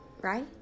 right